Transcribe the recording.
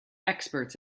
experts